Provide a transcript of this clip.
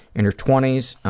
in her twenty s.